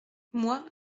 moi